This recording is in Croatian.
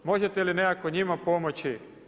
Možete li nekako njima pomoći.